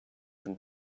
than